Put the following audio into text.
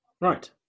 right